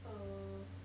uh